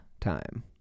time